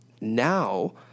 now